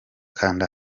kanda